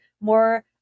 more